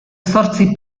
zortzi